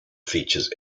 features